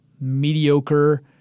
mediocre